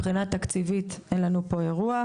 מבחינה תקציבית אין לנו פה אירוע.